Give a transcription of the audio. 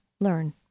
learn